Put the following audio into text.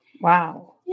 Wow